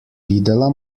videla